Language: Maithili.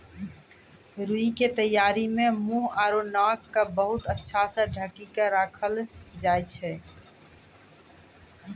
रूई के तैयारी मं मुंह आरो नाक क बहुत अच्छा स ढंकी क राखै ल लागै छै